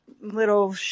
little